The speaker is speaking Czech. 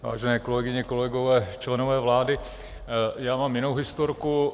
Vážené kolegyně a kolegové, členové vlády, já mám jinou historku.